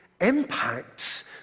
impacts